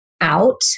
out